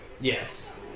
Yes